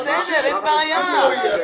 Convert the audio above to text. בסדר, אין בעיה.